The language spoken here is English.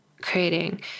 creating